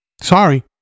Sorry